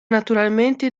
naturalmente